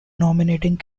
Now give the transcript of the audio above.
nominating